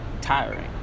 tiring